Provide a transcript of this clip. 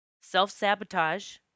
self-sabotage